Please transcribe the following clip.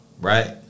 Right